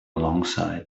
alongside